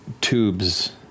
tubes